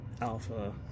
Alpha